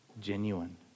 genuine